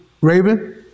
Raven